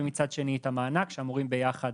ומצד שני את המענק שאמורים ביחד